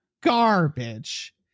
garbage